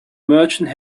merchant